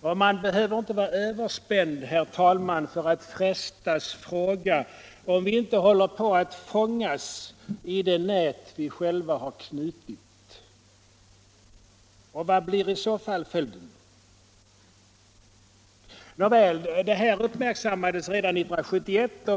och man behöver inte vara överspänd, herr talman, för att frestas fråga: Håller vi inte på att fångas i det nät vi själva har knutit? Och vad blir i så fall följden? Nåväl, det här uppmärksammades redan 1971.